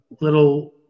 little